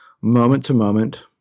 moment-to-moment